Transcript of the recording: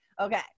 okay